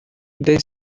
they